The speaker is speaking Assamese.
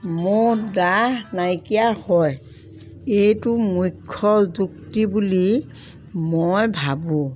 মহ দাহ নাইকিয়া হয় এইটো মুখ্যযুক্তি বুলি মই ভাবোঁ